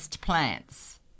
plants